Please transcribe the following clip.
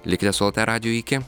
likite su lt radiju iki